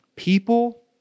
People